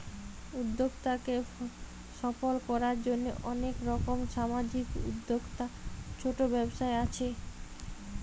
উদ্যোক্তাকে সফল কোরার জন্যে অনেক রকম সামাজিক উদ্যোক্তা, ছোট ব্যবসা আছে